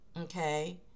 Okay